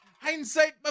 Hindsight